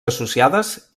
associades